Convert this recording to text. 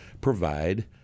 provide